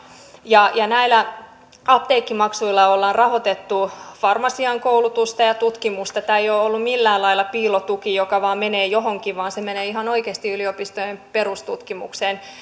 näillä apteekkimaksuilla ollaan rahoitettu farmasian koulutusta ja tutkimusta tämä ei ole ollut millään lailla piilotuki joka vain menee johonkin vaan se menee ihan oikeasti yliopistojen perustutkimukseen